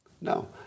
No